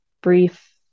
brief